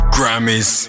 Grammys